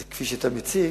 זה כפי שאתה מציג,